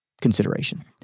consideration